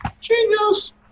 genius